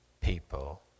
people